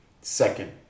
Second